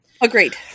Agreed